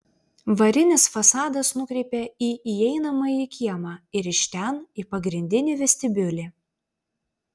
varinis fasadas nukreipia į įeinamąjį kiemą ir iš ten į pagrindinį vestibiulį